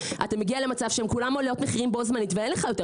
אתה מגיע למצב שהם כולם מעלים מחירים בו זמנית ואין לך יותר.